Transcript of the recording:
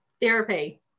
Therapy